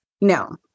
No